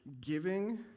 giving